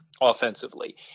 offensively